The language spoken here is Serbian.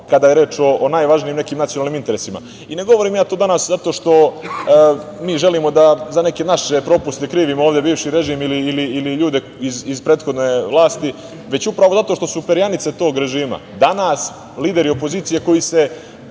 kada je reč o najvažnijim nekim nacionalnim interesima. Ne govorim ja to danas zato što mi želimo da za neke naše propuste krivimo ovde bivši režim ili ljude iz prethodne vlasti, već upravo zato što su perjanice tog režima danas lideri opozicije, koji se